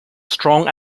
strong